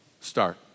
start